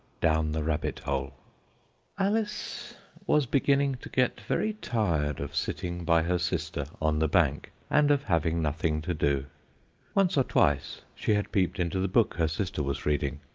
down the rabbit-hole alice was beginning to get very tired of sitting by her sister on the bank, and of having nothing to do once or twice she had peeped into the book her sister was reading,